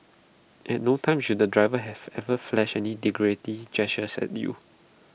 at no time should the driver have ever flashed any derogatory gesture at you